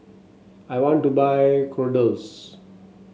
I want to buy Kordel's